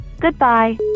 Goodbye